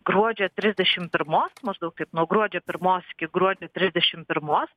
gruodžio trisdešim pirmos maždaug taip nuo gruodžio pirmos iki gruodžio trisdešim pirmos